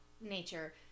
nature